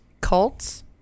cults